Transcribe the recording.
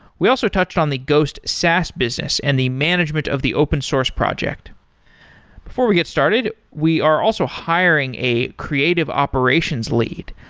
we also touched on the ghost saas business and the management of the open source project before we get started, we are also hiring a creative operations lead.